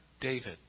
David